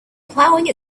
plowing